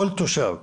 כל תושב,